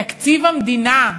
תקציב המדינה.